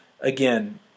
again